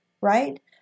right